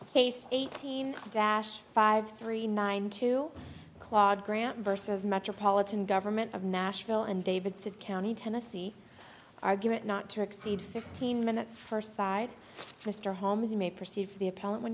case eighteen dash five three nine two claude grant vs metropolitan government of nashville and davidson county tennessee argument not to exceed fifteen minutes for side mr holmes you may perceive the appellant when